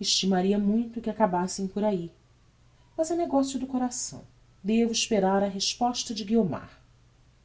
estimaria muito que acabassem por ahi mas é negocio do coração devo esperar a resposta de guiomar